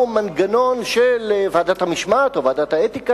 מהו המנגנון של ועדת המשמעת או ועדת האתיקה